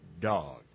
dog